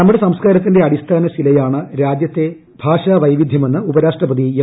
നമ്മുടെ സംസ്കാരത്തിന്റെ അടിസ്ഥാനശിലയാണ് രാജ്യത്തെ ഭാഷാവൈവിധ്യമെന്ന് ഉപരാഷ്ട്രപതി എം